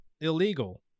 illegal